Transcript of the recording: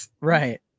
Right